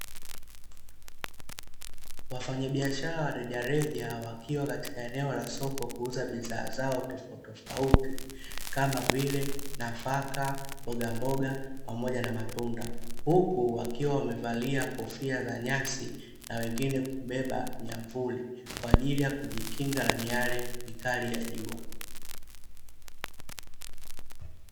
Wafanyabiashara wa rejareja wakiwa katika eneo la soko kuuza bidhaa zao tofautitofauti kama vile: nafaka, mbogamboga pamoja na matunda. Huku wakiwa wamevalia kofia za nyasi na wengine kubeba miamvuli kwa ajili ya kujikinga na miale mikali ya jua.